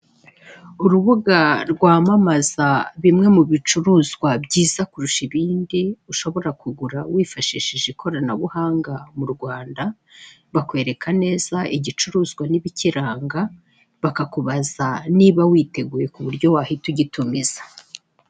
Urubuga rwamamaza bimwe mu bicuruzwa byiza kurusha ibindi ushobora kugura wifashishije ikoranabuhanga mu Rwanda, bakwereka neza igicuruzwa n'ibikiranga bakakubaza niba witeguye ku buryo wahita ugitumiza.